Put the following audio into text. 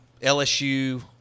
LSU